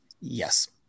Yes